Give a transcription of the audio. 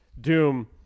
Doom